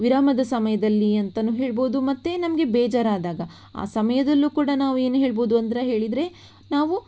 ವಿರಾಮದ ಸಮಯದಲ್ಲಿ ಅಂತಲೂ ಹೇಳಬಹುದು ಮತ್ತು ನಮಗೆ ಬೇಜಾರಾದಾಗ ಆ ಸಮಯದಲ್ಲೂ ಕೂಡ ನಾವು ಏನು ಹೇಳಬಹುದು ಅಂತ ಹೇಳಿದರೆ ನಾವು